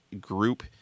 group